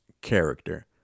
character